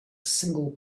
single